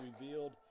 revealed